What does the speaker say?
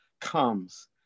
comes